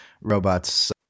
robots